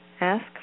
Ask